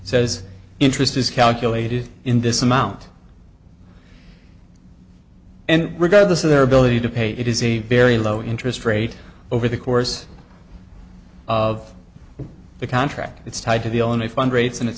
says interest is calculated in this amount and regardless of their ability to pay it is a very low interest rate over the course of the contract it's tied to the only fundraising at